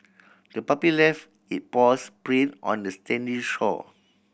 the puppy left it paws print on the sandy shore